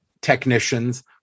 technicians